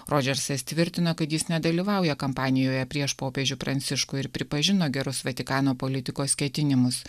rodžersas tvirtina kad jis nedalyvauja kampanijoje prieš popiežių pranciškų ir pripažino gerus vatikano politikos ketinimus